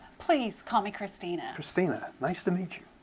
please, call me christina. christina, nice to meet you.